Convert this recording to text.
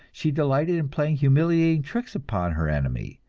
she delighted in playing humiliating tricks upon her enemy,